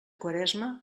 quaresma